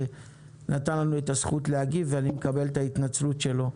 נתן לנו את הזכות להגיב ואני מקבל את ההתנצלות שלו.